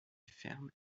ferme